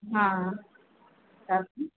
हाँ सब